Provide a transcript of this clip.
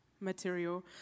material